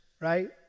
right